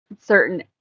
certain